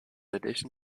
addition